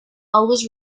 always